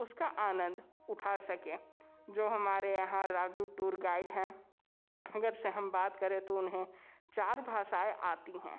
उसका आनंद उठा सकें जो हमारे यहाँ राजू टूर गाइड हैं अगर से हम बात करें तो उन्हें चार भाषाएं आती हैं